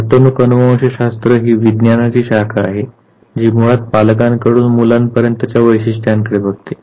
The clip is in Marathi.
वर्तणूक अनुवंशशास्त्र ही विज्ञानाची शाखा आहे जी मुळात पालकांकडून मुलांपर्यंतच्या वैशिष्ट्यांकडे बघते